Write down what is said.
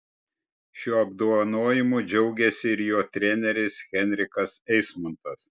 šiuo apdovanojimu džiaugėsi ir jo treneris henrikas eismontas